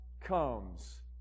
comes